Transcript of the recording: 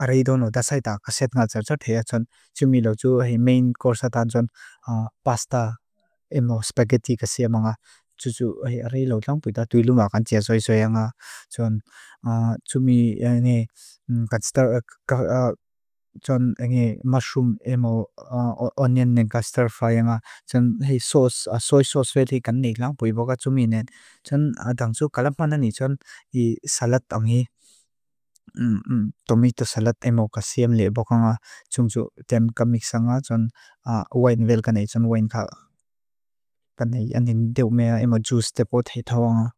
Arei dono da sa eta kasiem a sigrd zart hei san, jumi logziu himein korsatan zun pasta emo spaghetti kasiama nga tsuzu hirilolong puta duilumakantia zoi zoianga zumi nene. Katsutrga, zun nene, mashroom emo onion nene, katsutrga faianga zun hir sos, sos, sos, sos, fir hir kanenik lang pui bogat zumi nene zun nga dangziu kalapanda nitsun hir salat ang hir tomitua salat emo kasiama nene. Bogat zun zun zun jam kanik sangha zun oain velgane zun oain karr ban nene, endeom ea emo juice te potet hong.